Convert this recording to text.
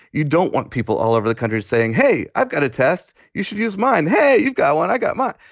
you don't want people all over the country saying, hey, i've got a test. you should use mine. hey, you've got one. i got mine.